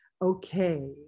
Okay